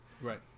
Right